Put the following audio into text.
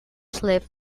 slip